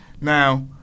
Now